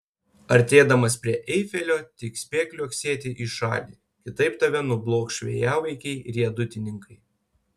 artėdamas prie eifelio tik spėk liuoksėti į šalį kitaip tave nublokš vėjavaikiai riedutininkai